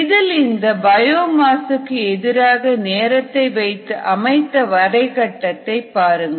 இதில் இந்த பயோமாசுக்கு எதிராக நேரத்தை வைத்து அமைத்த வரைகட்டத்தைப் பாருங்கள்